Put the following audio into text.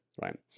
right